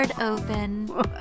open